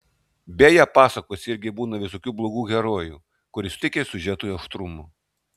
beje pasakose irgi būna visokių blogų herojų kurie suteikia siužetui aštrumo